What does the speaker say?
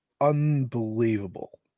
unbelievable